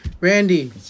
Randy